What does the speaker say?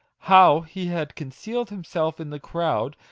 how he had concealed himself in the crowd,